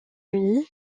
unis